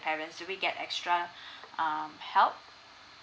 parents do we get extra um help